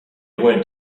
went